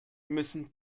müssen